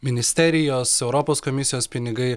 ministerijos europos komisijos pinigai